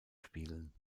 spielen